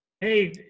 hey